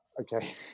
okay